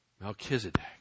Melchizedek